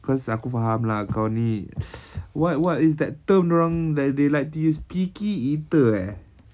cause aku faham lah kau ni what what is that term that they like to use picky eater eh